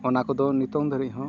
ᱚᱱᱟ ᱠᱚᱫᱚ ᱱᱤᱛᱚᱝ ᱫᱷᱟᱹᱨᱤᱡ ᱦᱚᱸ